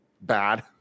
bad